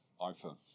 iPhone